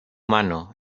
mano